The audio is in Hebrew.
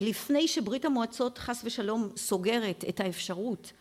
לפני שברית המועצות חס ושלום סוגרת את האפשרות